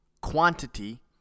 quantity